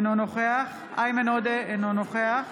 אינו נוכח איימן עודה, אינו נוכח